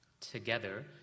together